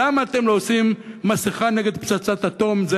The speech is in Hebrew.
למה אתם לא עושים מסכה נגד פצצת אטום?